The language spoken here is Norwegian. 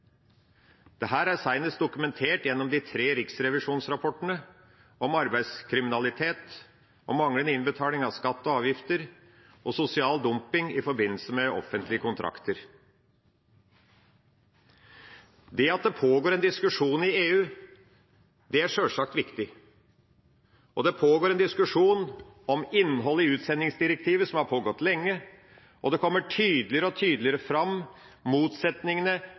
er senest dokumentert gjennom de tre riksrevisjonsrapportene om arbeidskriminalitet, om manglende innbetaling av skatter og avgifter og om sosial dumping i forbindelse med offentlige kontrakter. Det at det pågår en diskusjon i EU, er sjølsagt viktig. Det pågår en diskusjon om innhold i utsendingsdirektivet – den har pågått lenge – og motsetningene innenfor de ulike EU-land kommer tydeligere og tydeligere fram.